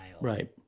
Right